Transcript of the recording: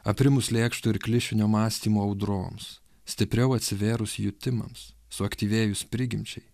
aprimus lėkšto ir klišinio mąstymo audroms stipriau atsivėrus jutimams suaktyvėjus prigimčiai